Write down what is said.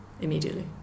immediately